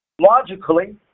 Logically